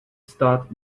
start